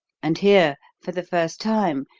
and here, for the first time,